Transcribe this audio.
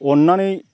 अननानै